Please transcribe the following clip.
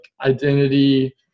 identity